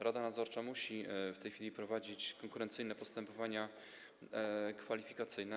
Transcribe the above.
Rada nadzorcza musi w tej chwili prowadzić konkurencyjne postępowanie kwalifikacyjne.